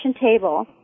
table